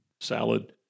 Salad